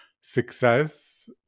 success